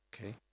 Okay